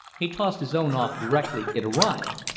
he tossed his own off directly it arrived.